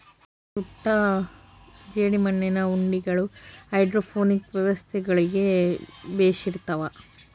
ಸುಟ್ಟ ಜೇಡಿಮಣ್ಣಿನ ಉಂಡಿಗಳು ಹೈಡ್ರೋಪೋನಿಕ್ ವ್ಯವಸ್ಥೆಗುಳ್ಗೆ ಬೆಶಿರ್ತವ